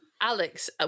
Alex